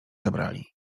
zabrali